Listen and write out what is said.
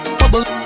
bubble